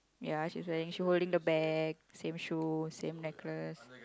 ya she's wearing holding the bag same shoe same necklace